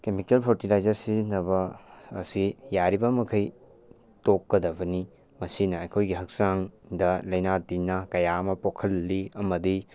chemical fertiliser ꯁꯤꯖꯤꯟꯅꯕ ꯑꯁꯤ ꯌꯥꯔꯤꯕ ꯃꯈꯩ ꯇꯣꯛꯀꯗꯕꯅꯤ ꯃꯁꯤꯅ ꯑꯩꯈꯣꯏꯒꯤ ꯍꯛꯆꯥꯡꯗ ꯂꯩꯅꯥ ꯇꯤꯟꯅꯥ ꯀꯌꯥ ꯑꯃ ꯄꯣꯛꯍꯜꯂꯤ ꯑꯃꯗꯤ